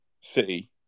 City